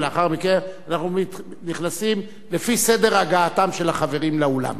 ולאחר מכן אנחנו נכנסים לפי סדר הגעתם של החברים לאולם.